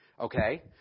Okay